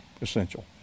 essential